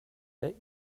bet